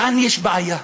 כאן יש בעיה.